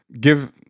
give